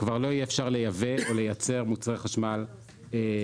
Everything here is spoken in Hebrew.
כבר לא יהיה אפשר לייבא או לייצר מוצרי חשמל לישראל.